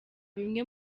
bimwe